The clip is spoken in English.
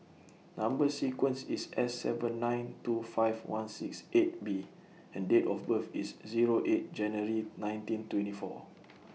Number sequence IS S seven nine two five one six eight B and Date of birth IS Zero eight January nineteen twenty four